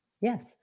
Yes